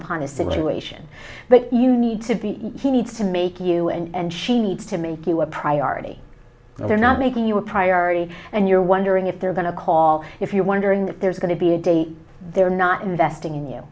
upon the situation but you need to be he needs to make you and she needs to make you a priority they're not making you a priority and you're wondering if they're going to call if you're wondering if there's going to be a date they're not investing in you